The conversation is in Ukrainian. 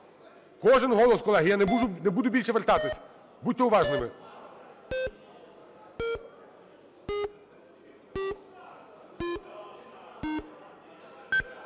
Кожен голос, колеги. Я не буду більше вертатись, будьте уважними.